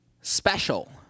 special